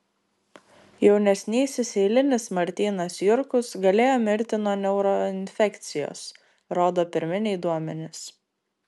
jaunesnysis eilinis martynas jurkus galėjo mirti nuo neuroinfekcijos rodo pirminiai duomenys